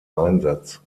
einsatz